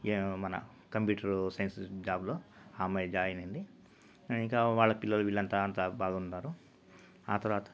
ఏ మన computer science జాబులో అమ్మాయి జాయిన్ అయింది ఇంకా వాళ్ళ పిల్లలు వీళ్ళంతా అంతా బాగున్నారు ఆ తర్వాత